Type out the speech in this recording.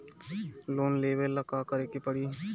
Loan लेवे ला का करे के पड़ी?